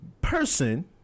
person